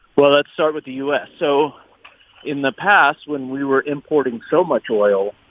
well, let's start with the u s. so in the past, when we were importing so much oil,